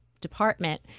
department